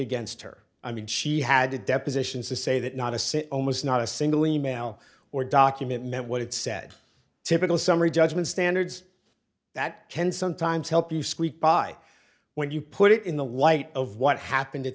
against her i mean she had to depositions to say that not to say almost not a single e mail or document meant what it said typical summary judgment standards that can sometimes help you squeak by when you put it in the light of what happened at